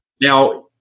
Now